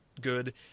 good